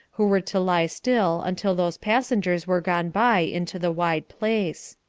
who were to lie still until those passengers were gone by into the wide place.